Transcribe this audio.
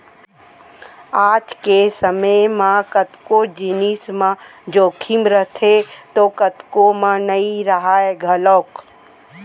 आज के समे म कतको जिनिस म जोखिम रथे तौ कतको म नइ राहय घलौक